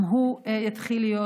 גם הוא יתחיל להיות,